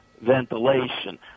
ventilation